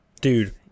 dude